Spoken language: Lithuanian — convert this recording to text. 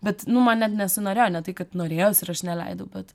bet nu man net nesinorėjo ne tai kad norėjosi ir aš neleidau bet